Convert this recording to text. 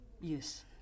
Yes